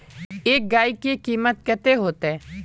एक गाय के कीमत कते होते?